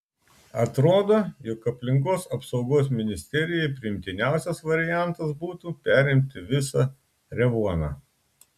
atrodo jog aplinkos apsaugos ministerijai priimtiniausias variantas būtų perimti visą revuoną